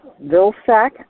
Vilsack